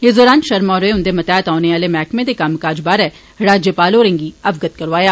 इस दौरान षर्मा होरें उन्दे मतेहेत औने आले मैहकमे दे कम्मकाज बारै बी राज्यपाल होरें गी अवगत करौआया